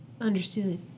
understood